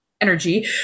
energy